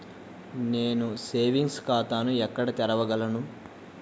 నేను సేవింగ్స్ ఖాతాను ఎక్కడ తెరవగలను?